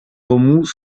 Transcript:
remous